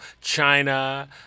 China